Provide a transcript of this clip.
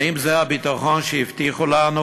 האם זה הביטחון שהבטיחו לנו?